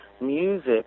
music